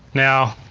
now,